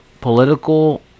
political